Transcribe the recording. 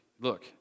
look